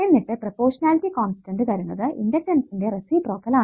എന്നിട്ട് proportionality constant തരുന്നത് ഇണ്ടക്ടൻസിന്റെ റേസിപ്രോക്കൽ ആണ്